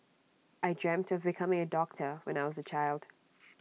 I dreamt of becoming A doctor when I was A child